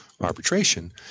arbitration